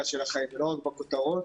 שלכם, ולא רק בכותרות,